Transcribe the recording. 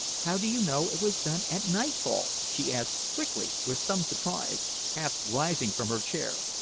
how do you know it was done at nightfall? she asked quickly with some surprise, half-rising from her chair.